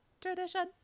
Tradition